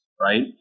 right